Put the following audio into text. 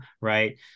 Right